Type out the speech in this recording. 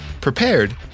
prepared